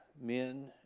men